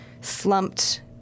slumped